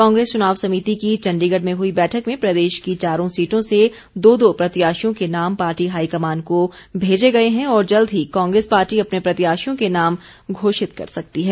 कांग्रेस चुनाव समिति की चंडीगढ़ में हुई बैठक में प्रदेश की चारों सीटों से दो दो प्रत्याशियों के नाम पार्टी हाईकमान को भेजे गए हैं और जल्द ही कांग्रेस पार्टी अपने प्रत्याशियों के नाम घोषित कर सकती है